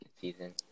season